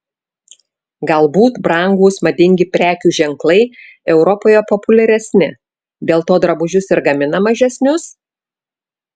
galbūt brangūs madingi prekių ženklai europoje populiaresni dėl to drabužius ir gamina mažesnius